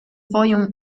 volume